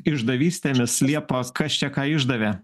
išdavystėmis liepa kas čia ką išdavė